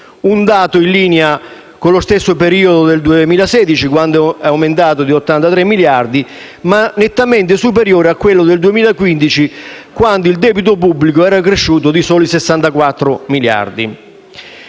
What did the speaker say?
Un dato in linea con lo stesso periodo del 2016, quando è aumentato di 83 miliardi, ma nettamente superiore a quello del 2015, quando il debito pubblico era cresciuto di soli 64 miliardi.